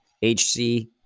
HC